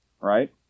right